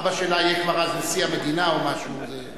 אבא שלה יהיה כבר אז נשיא המדינה או משהו כזה.